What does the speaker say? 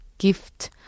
gift